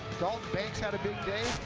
dalton banks had a good day.